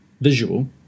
visual